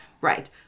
right